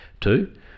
Two